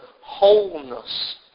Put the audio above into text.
wholeness